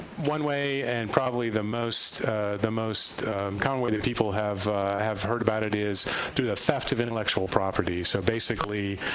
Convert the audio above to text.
one way, and probably the most the most common way that people have have heard about it, is due to the theft of intellectual property, so basically,